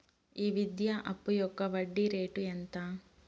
ఈ విద్యా అప్పు యొక్క వడ్డీ రేటు ఎంత?